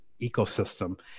ecosystem